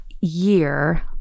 year